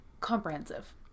comprehensive